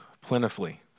plentifully